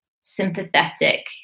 sympathetic